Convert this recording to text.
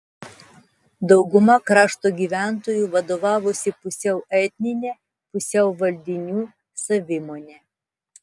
dauguma krašto gyventojų vadovavosi pusiau etnine pusiau valdinių savimone